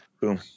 Boom